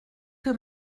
que